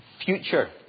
future